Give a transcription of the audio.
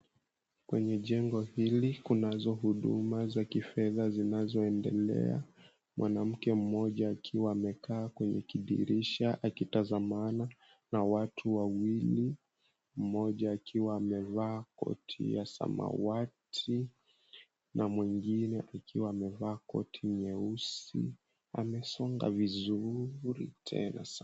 Kwenye jengo hili kunazo huduma za kifedha zinazoendelea, mwanamke mmoja akiwa amekaa kwenye kidirisha akitazamana na watu wawili mmoja akiwa amevaa koti ya samawati na mwingine akiwa amevaa koti nyeusi amesonga vizuri tena sana,